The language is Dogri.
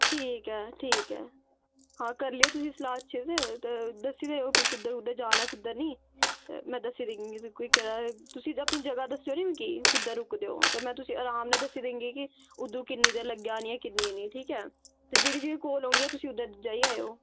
ठीक ऐ ठीक ऐ हां करी लैओ तुस सलाह् अच्छे से ते दस्सी देओ कि कुद्धर कुद्धर जाना कुद्धर नि ते मै दस्सी दिन्नी आं तुसीं अपनी जगह् दस्सो नि कि कुद्धर रुकदे ओ हा ते में तुसेंगी अराम वे दस्सी देगी कि उद्धरूं किन्नी देर लग्गी जानी किन्नी नेईं ठीक ऐ ते जेह्ड़ी जेह्ड़ी कोल होगी तुस जाई आएयो